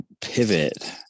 pivot